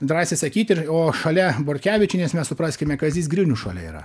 drąsiai sakyt ir o šalia bortkevičienės mes supraskime kazys grinius šalia yra